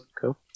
Cool